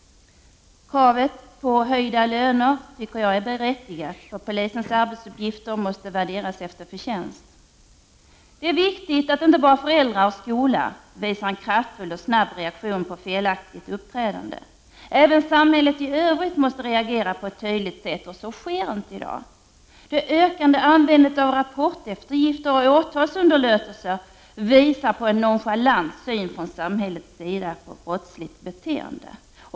Kravet på höjda löner tycker jag är berättigat. Polisens arbetsuppgifter måste värderas efter förtjänst. Det är viktigt att inte bara föräldrar och skola visar en kraftfull och snabb reaktion på felaktiga uppträdanden. Även samhället i övrigt måste reagera på ett tydligt sätt. Så sker inte i dag. Det ökande användandet av rapporteftergifter och åtalsunderlåtelser visar på en nonchalant syn från samhällets sida på brottsligt beteende.